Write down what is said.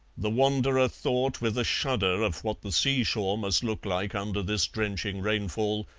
the wanderer thought with a shudder of what the sea-shore must look like under this drenching rainfall,